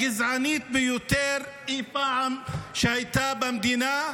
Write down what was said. הגזענית ביותר אי פעם שהייתה במדינה,